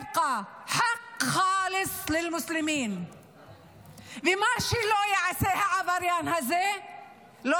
(אומרת בערבית:) ומה שלא יעשה העבריין הזה לא